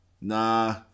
Nah